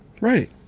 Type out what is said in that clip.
Right